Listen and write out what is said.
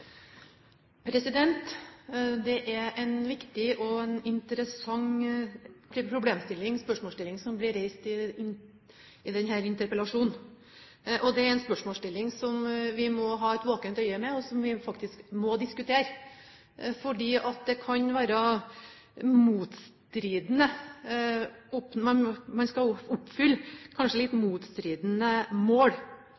en viktig og en interessant spørsmålsstilling som blir reist i denne interpellasjonen. Det er en spørsmålsstilling som vi må ha et våkent øye med, og som vi faktisk må diskutere, fordi man kanskje skal oppfylle litt motstridende mål. Det kan være